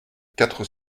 quatre